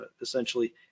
essentially